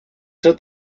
ser